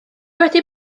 wedi